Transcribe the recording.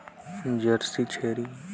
कोन नस्ल के छेरी ल सबले ज्यादा दूध देथे?